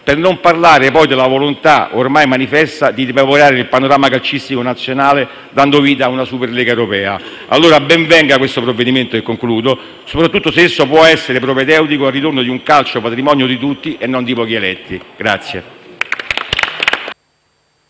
Per non parlare poi della volontà, ormai manifesta, di depauperare il panorama calcistico nazionale dando vita ad una Superlega europea. Allora ben venga il provvedimento al nostro esame, soprattutto se esso può essere propedeutico al ritorno di un calcio patrimonio di tutti e non di pochi eletti.